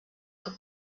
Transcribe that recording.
que